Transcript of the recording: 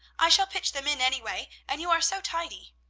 i shall pitch them in any way, and you are so tidy!